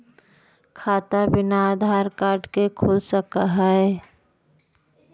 खाता बिना आधार कार्ड के खुल सक है?